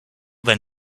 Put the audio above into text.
then